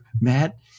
Matt